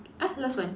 ah last one